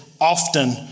often